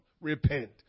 Repent